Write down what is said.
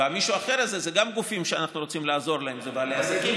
והמישהו אחר הזה הם גם גופים שאנחנו רוצים לעזור להם: אלה בעלי העסקים,